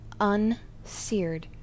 unseared